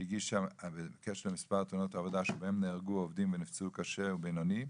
שהגישה בקשר למספר תאונות עבודה שבהם נהרגו עובדים ונפצעו קשה ובינוני,